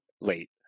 late